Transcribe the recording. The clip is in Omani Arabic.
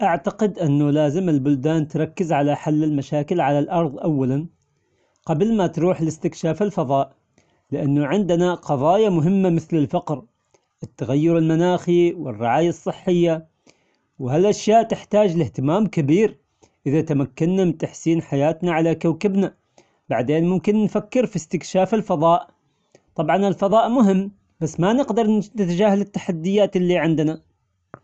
أعتقد أنه لازم البلدان تركز على حل المشاكل على الأرض أولا قبل ما تروح لاستكشاف الفضاء، لأنه عندنا قظايا مهمة مثل الفقر والتغير المناخي والرعاية الصحية، وهالأشياء تحتاج لإهتمام كبير. إذا تمكنا من تحسين حياتنا على كوكبنا بعدين ممكن نفكر في استكشاف الفضاء، طبعا الفضاء بس ما نقدر نتجاهل التحديات إللي عندنا.